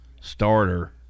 starter